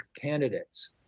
candidates